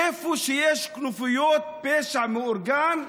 איפה שיש כנופיות פשע מאורגן,